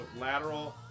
lateral